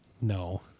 No